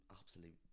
absolute